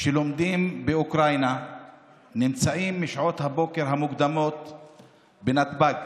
שלומדים באוקראינה נמצאים משעות הבוקר המוקדמות בנתב"ג,